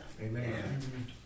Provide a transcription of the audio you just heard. Amen